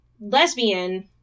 lesbian